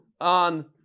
on